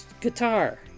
guitar